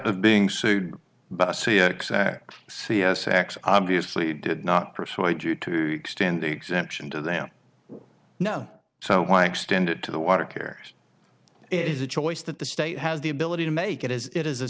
of being sued but c s x obviously did not persuade you to extend the exemption to them no so why extend it to the water care it is a choice that the state has the ability to make it as it is a